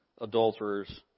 adulterers